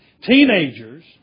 Teenagers